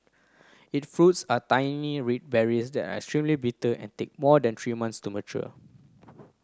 it fruits are tiny red berries that are extremely bitter and take more than three month to mature